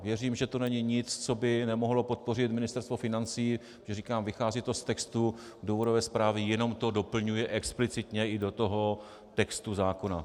Věřím, že to není nic, co by nemohlo podpořit Ministerstvo financí, protože říkám, že to vychází z textu důvodové zprávy, jenom to doplňuji explicitně i do toho textu zákona.